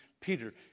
Peter